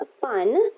fun